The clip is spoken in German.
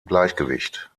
gleichgewicht